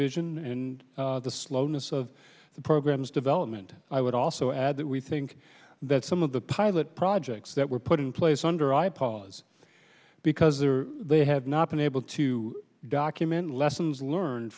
vision and the slowness of the programs development i would also add that we think that some of the pilot projects that were put in place under i pause because they have not been able to document lessons learned